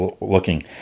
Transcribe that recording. looking